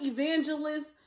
Evangelist